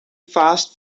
fast